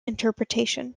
interpretation